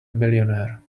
millionaire